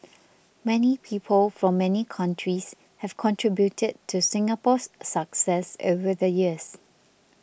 many people from many countries have contributed to Singapore's success over the years